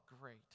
great